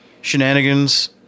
shenanigans